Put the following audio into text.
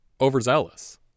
overzealous